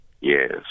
Yes